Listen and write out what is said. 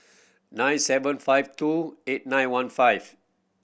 nine seven five two eight nine one five